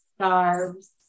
scarves